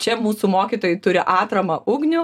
čia mūsų mokytojai turi atramą ugnių